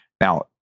Now